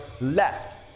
left